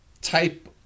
type